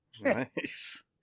Nice